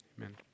Amen